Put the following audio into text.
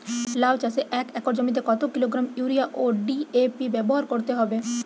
লাউ চাষে এক একর জমিতে কত কিলোগ্রাম ইউরিয়া ও ডি.এ.পি ব্যবহার করতে হবে?